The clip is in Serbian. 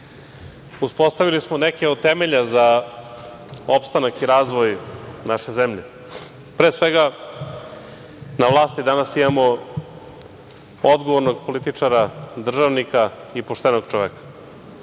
uspostavili smo neke od temelja za opstanak i razvoj naše zemlje. Pre svega, na vlasti danas imamo odgovornog političara, državnika i poštenog čoveka,